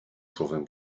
słowem